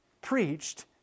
preached